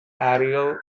ariel